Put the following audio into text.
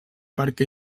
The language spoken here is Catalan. perquè